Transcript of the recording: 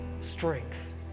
strength